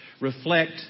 reflect